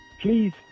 Please